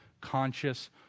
conscious